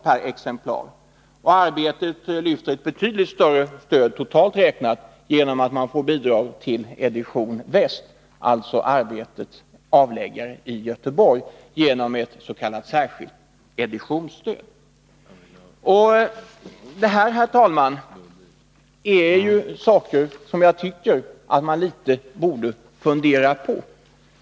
Totalt räknat får Arbetet ett betydligt större stöd genom att man får bidrag till edition Väst — alltså Arbetets avläggare i Göteborg — genom ett särskilt s.k. 101 Detta, herr talman, är saker som jag tycker att man borde fundera litet på.